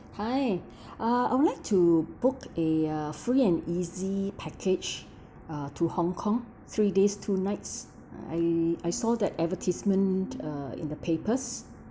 hi uh I would like to book a uh free and easy package uh to hong kong three days two nights I I saw that advertisement uh in the papers